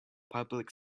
public